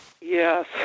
Yes